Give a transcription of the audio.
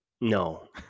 No